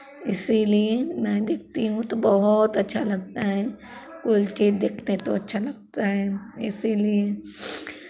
इसीलिए मैं देखती हूँ तो बहुत अच्छा लगता हैं उड़ती है देखते हैं तो अच्छा लगता है इसीलिए